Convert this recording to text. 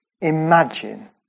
imagine